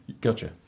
Gotcha